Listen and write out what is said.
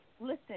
listen